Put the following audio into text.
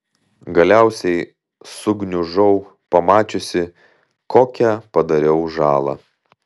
galiausiai sugniužau pamačiusi kokią padariau žalą